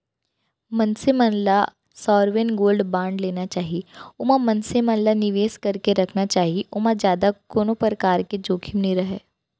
मनसे मन ल सॉवरेन गोल्ड बांड लेना चाही ओमा मनसे मन ल निवेस करके रखना चाही ओमा जादा कोनो परकार के जोखिम नइ रहय